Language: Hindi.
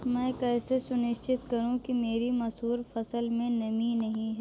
मैं कैसे सुनिश्चित करूँ कि मेरी मसूर की फसल में नमी नहीं है?